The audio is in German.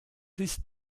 ist